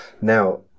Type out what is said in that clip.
Now